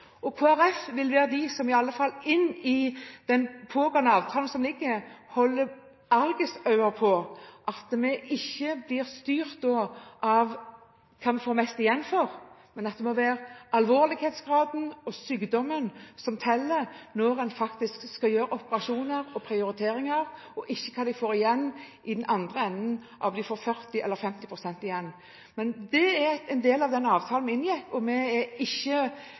vil være de som i den gjeldende avtalen holder argusøyne på at vi ikke blir styrt av hva vi får mest igjen for, men at det må være alvorlighetsgraden og sykdommen som teller når en skal gjøre operasjoner og prioriteringer, og ikke hva en får igjen i den andre enden, om en får 40 pst. eller 50 pst. igjen. Men det er en del av den avtalen vi inngikk. Vi er ikke